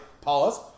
pause